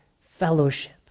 fellowship